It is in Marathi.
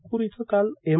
नागपूर इथं काल एम